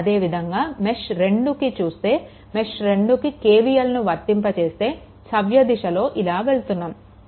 అదేవిధంగా మెష్2కి చూస్తే మెష్2కి KVLని వర్తింపచేస్తే సవ్య దిశలో ఇలా వెళ్తున్నాము